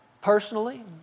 Personally